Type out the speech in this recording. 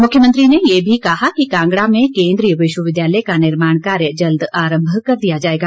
मुख्यमंत्री ने ये भी कहा कि कांगड़ा में केन्द्रीय विश्वविद्यालय का निर्माण कार्य जल्द आरंभ कर दिया जाएगा